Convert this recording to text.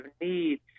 need